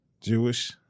Jewish